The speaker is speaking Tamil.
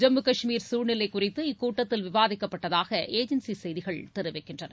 ஜம்மு கஷ்மீர் சூழ்நிலை குறித்து இக்கூட்டத்தில் விவாதிக்கப்பட்டதாக ஏஜென்சி செய்திகள் தெரிவிக்கின்றன